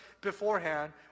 beforehand